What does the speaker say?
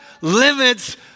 limits